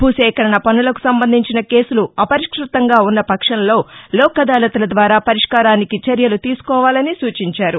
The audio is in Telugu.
భూసేకరణ పనులకు సంబంధించిన కేసులు అపరిష్భతంగా ఉన్న పక్షంలో లోక్ అదాలత్ల ద్వారా పరిష్కారానికి చర్యలు తీసుకోవాలని సూచించారు